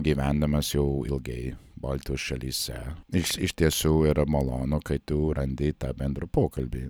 gyvendamas jau ilgai baltijos šalyse iš iš tiesų yra malonu kai tu randi tą bendrą pokalbį